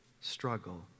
struggle